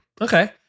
okay